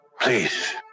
please